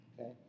okay